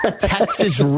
Texas